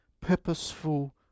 purposeful